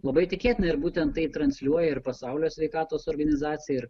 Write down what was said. labai tikėtina ir būtent tai transliuoja ir pasaulio sveikatos organizacija ir